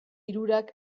hirurak